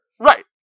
Right